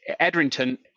Edrington